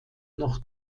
noch